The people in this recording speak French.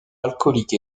alcoolique